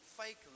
fake